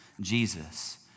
Jesus